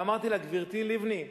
ואמרתי לה: גברתי לבני,